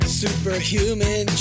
superhuman